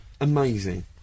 Amazing